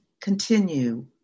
continue